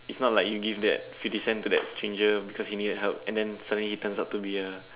if not like you give that fifty cent to that changer because he needed help and then suddenly he turns out to be a